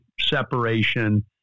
separation